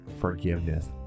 forgiveness